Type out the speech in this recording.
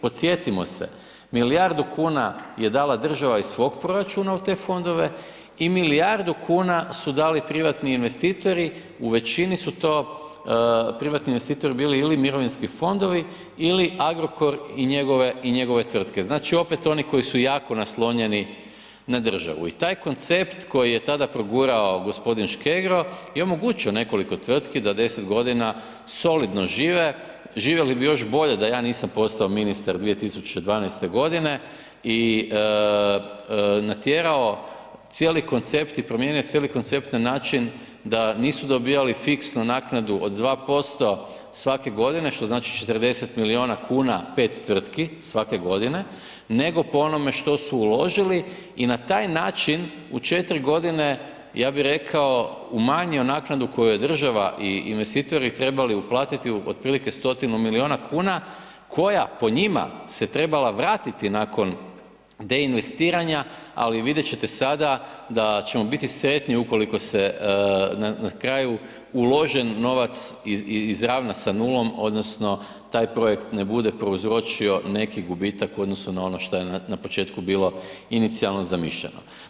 Podsjetimo se milijardu kuna je dala država iz svog proračuna u te fondove i milijardu kuna su dali privatni investitori, u većini su to privatni investitori bili ili mirovinski fondovi ili Agrokor i njegove i njegove tvrtke, znači opet oni koji su jako naslonjeni na državu i taj koncept koji je tada progurao g. Škegro je omogućio nekoliko tvrtki da 10.g. solidno žive, živjeli bi još bolje da ja nisam postao ministar 2012.g. i natjerao cijeli koncept i promijenio cijeli koncept na način da nisu dobijali fiksnu naknadu od 2% svake godine što znači 40 milijuna kuna 5 tvrtki svake godine, nego po onome što su uložili i na taj način u 4.g. ja bi rekao umanjio naknadu koju je država i investitori trebali uplatiti otprilike 100-tinu milijuna kuna koja po njima se trebala vratiti nakon deinvestiranja, ali vidjet ćete sada da ćemo biti sretni ukoliko se na kraju uložen novac izravna sa nulom odnosno taj projekt ne bude prouzročio neki gubitak u odnosu na ono šta je na početku bilo inicijalno zamišljeno.